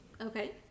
Okay